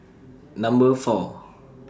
Number four